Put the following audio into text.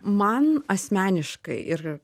man asmeniškai ir